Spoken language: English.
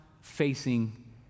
facing